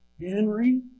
Henry